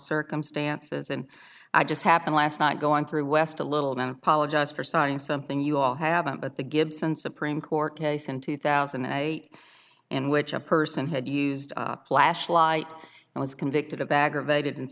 circumstances and i just happened last night going through west a little don't apologize for citing something you all haven't but the gibson supreme court case in two thousand and eight in which a person had used flashlight and was convicted of aggravated a